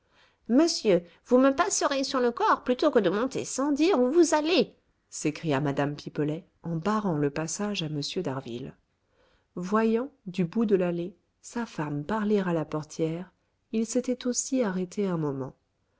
monsieur vous me passerez sur le corps plutôt que de monter sans dire où vous allez s'écria mme pipelet en barrant le passage à m d'harville voyant du bout de l'allée sa femme parler à la portière il s'était aussi arrêté un moment